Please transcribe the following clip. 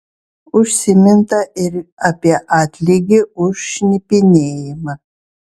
užsiminta ir apie atlygį už šnipinėjimą